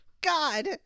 god